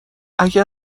اگه